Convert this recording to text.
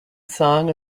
song